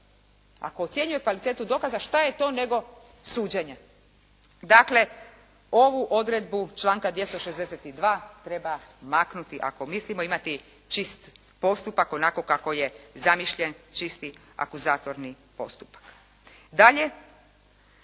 Ako ocjenjuje kvalitetu dokaza, što je to nego suđenje. Dakle, ovu odredbu članka 262. treba maknuti ako mislimo imati čist postupak onako kako je zamišljen čisti akuzatorni postupak.